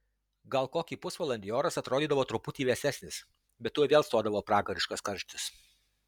gal kokį pusvalandį oras atrodydavo truputį vėsesnis bet tuoj vėl stodavo pragariškas karštis